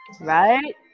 right